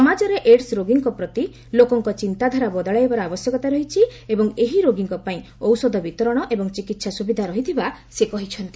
ସମାଜରେ ଏଡ୍ସ ରୋଗୀଙ୍କ ପ୍ରତି ଲୋକଙ୍କ ଚିନ୍ତାଧାରା ବଦଳାଇବାର ଆବଶ୍ୟକତା ରହିଛି ଏବଂ ଏହି ରୋଗୀଙ୍କ ପାଇଁ ଔଷଧ ବିତରଣ ଏବଂ ଚିକିତ୍ସା ସୁବିଧା ରହିଥିବା ସେ କହିଛନ୍ତି